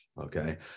Okay